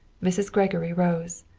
mrs. gregory rose.